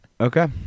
Okay